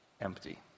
empty